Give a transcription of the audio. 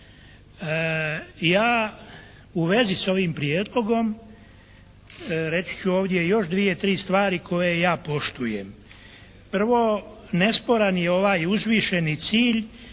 Ja u vezi s ovim prijedlogom reći ću ovdje još 2, 3 stvari koje ja poštujem. Prvo, nesporan je ovaj uzvišeni cilj